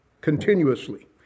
continuously